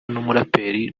n’umuraperi